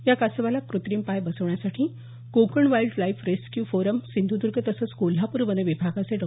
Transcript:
या कासवाला क्रत्रिम पाय बसवण्यासाठी Konkan wildlife rescue forum Sindhudurg तसंच कोल्हापूर वन विभागाचे डॉ